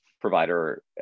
provider